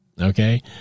Okay